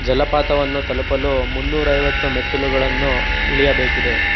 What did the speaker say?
ಜಲಪಾತವನ್ನು ತಲುಪಲು ಮುನ್ನೂರೈವತ್ತು ಮೆಟ್ಟಿಲುಗಳನ್ನು ಇಳಿಯಬೇಕಿದೆ